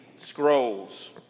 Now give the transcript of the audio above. Scrolls